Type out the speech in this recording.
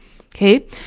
Okay